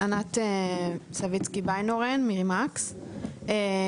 ענת סביצקי ביינהורן, מקס פיננסיים בע"מ.